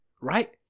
right